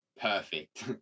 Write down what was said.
perfect